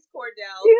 Cordell